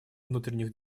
внутренних